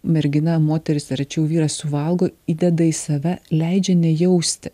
mergina moteris ar rečiau vyras suvalgo įdeda į save leidžia nejausti